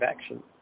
action